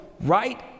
right